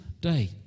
day